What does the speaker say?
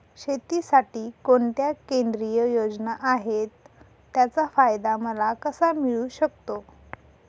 शेतीसाठी कोणत्या केंद्रिय योजना आहेत, त्याचा फायदा मला कसा मिळू शकतो?